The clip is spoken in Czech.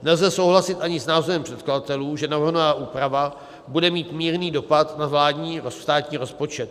Nelze souhlasit ani s názorem předkladatelů, že navrhovaná úprava bude mít mírný dopad na vládní nebo státní rozpočet.